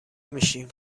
میشی